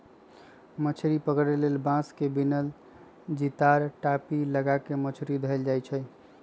मछरी पकरे लेल बांस से बिनल तिजार, टापि, लगा क मछरी धयले जाइ छइ